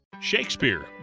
Shakespeare